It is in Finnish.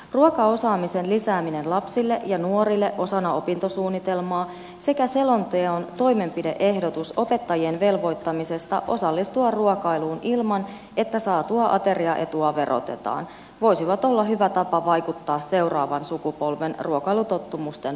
ruokaosaamisen lisääminen lapsille ja nuorille osana opintosuunnitelmaa sekä selonteon toimenpide ehdotus opettajien velvoittamisesta osallistua ruokailuun ilman että saatua ateriaetua verotetaan voisivat olla hyvä tapa vaikuttaa seuraavan sukupolven ruokailutottumusten parantumiseen